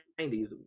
90s